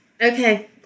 Okay